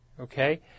okay